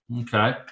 Okay